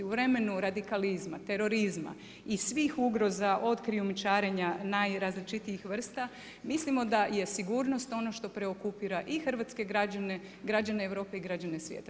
U vremenu radikalizma, terorizma i svih ugroza od krijumčarenja najrazličitijih vrsta mislimo da je sigurnost ono što preokupira i hrvatske građane, građane Europe i građane svijeta.